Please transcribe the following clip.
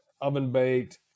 oven-baked